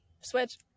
switch